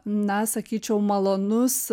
na sakyčiau malonus